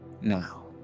Now